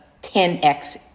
10x